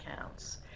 counts